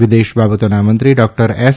વિદેશી બાબતોના મંત્રી ડોક્ટર એસ